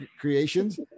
Creations